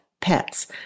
pets